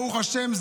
ברוך השם,